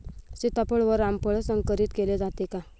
सीताफळ व रामफळ संकरित केले जाते का?